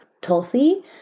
tulsi